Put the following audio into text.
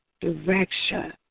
direction